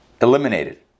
eliminated